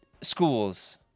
schools